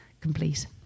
complete